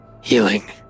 healing